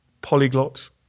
polyglot